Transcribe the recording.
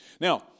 Now